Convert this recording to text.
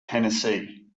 tennessee